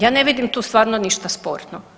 Ja ne vidim tu stvarno ništa sporno.